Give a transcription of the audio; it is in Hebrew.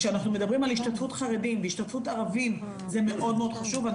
כשאנחנו מדברים על השתתפות חרדים וערבים זה מאוד מאוד חשוב,